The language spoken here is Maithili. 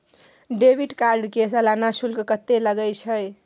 डेबिट कार्ड के सालाना शुल्क कत्ते लगे छै?